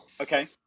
Okay